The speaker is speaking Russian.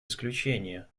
исключения